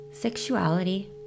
Sexuality